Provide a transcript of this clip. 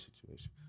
situation